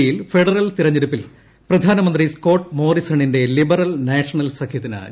ഓസ്ട്രേലിയയിൽ ഫെഡറൽ തെരഞ്ഞെടുപ്പിൽ പ്രധാനമന്ത്രി സ്കോട്ട് മോറിസണിന്റെ ലിബറൽ നാഷണൽ സഖ്യത്തിന് ജയം